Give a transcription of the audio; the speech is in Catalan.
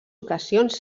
ocasions